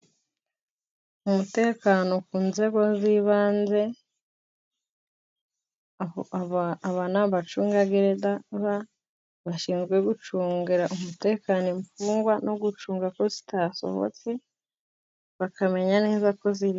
Umutekano ku nzego z'ibanze, aba ni abacungagereza bashinzwe gucungira umutekano imfungwa, no gucunga ko zitasohotse bakamenya neza ko zirimo.